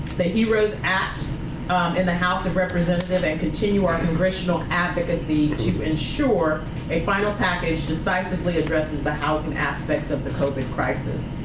the heroes act in the house of representatives, and continue our congressional advocacy to ensure a final package decisively addresses the housing aspects of the covid crisis.